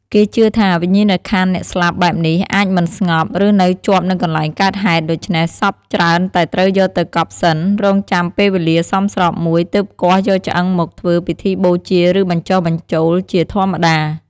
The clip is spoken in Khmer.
គេជឿថា វិញ្ញាណក្ខន្ធអ្នកស្លាប់បែបនេះអាចមិនស្ងប់ ឬនៅជាប់នឹងកន្លែងកើតហេតុ ដូច្នេះ សពច្រើនតែត្រូវយកទៅកប់សិន រង់ចាំពេលវេលាសមស្របមួយ ទើបគាស់យកឆ្អឹងមកធ្វើពិធីបូជា ឬបញ្ចុះបញ្ចូលជាធម្មតា។